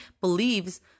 believes